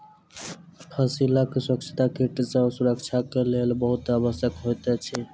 फसीलक स्वच्छता कीट सॅ सुरक्षाक लेल बहुत आवश्यक होइत अछि